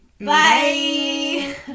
Bye